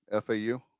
FAU